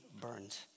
burned